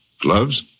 Gloves